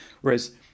Whereas